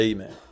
Amen